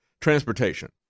transportation